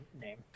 name